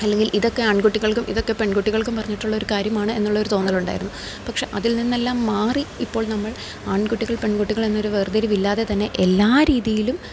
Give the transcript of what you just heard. അല്ലെങ്കിൽ ഇതൊക്കെ ആൺകുട്ടികൾക്കും ഇതൊക്കെ പെൺകുട്ടികൾക്കും പറഞ്ഞിട്ടുള്ളൊരു കാര്യമാണ് എന്നുള്ളൊരു തോന്നലുണ്ടായിരുന്നു പക്ഷെ അതിൽ നിന്നെല്ലാം മാറി ഇപ്പോൾ നമ്മൾ ആൺകുട്ടികൾ പെൺകുട്ടികൾ എന്നൊരു വേർതിരിവില്ലാതെ തന്നെ എല്ലാ രീതിയിലും